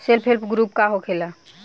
Self help group का होखेला?